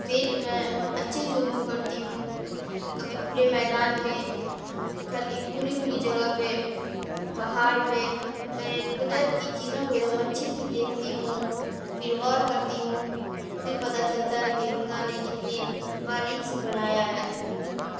پھر میں اچھے سے انہوں کرتی ہوں کبھی کھلے میدان میں کھلی کھلی جگہ پہ پہاڑ پہ پہلے قدرت کی چیزوں کو جب میں اچھے سے دیکھتی ہوں پھر غور کرتی ہوں پھر پتہ چلتا ہے کہ خدا نے کتنے باریک سے بنایا ہے